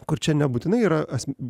kur čia nebūtinai yra asm